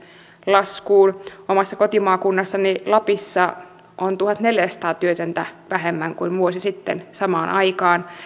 laskuun omassa kotimaakunnassani lapissa on tuhatneljäsataa työtöntä vähemmän kuin vuosi sitten samaan aikaan